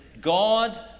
god